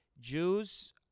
Jews